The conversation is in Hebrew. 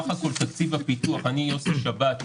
יוסי שבת,